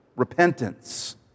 Repentance